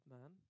man